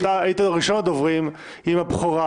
אתה היית ראשון הדוברים עם הבכורה.